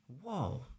Whoa